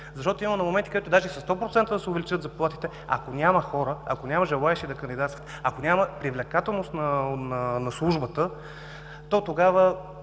защото има моменти при които даже и с 100% да се увеличат заплатите, ако няма хора, ако няма желаещи да кандидатства, ако няма привлекателност на службата, то тогава